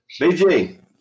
BG